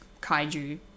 kaiju